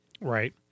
Right